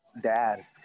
dad